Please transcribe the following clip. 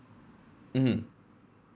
mmhmm